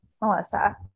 Melissa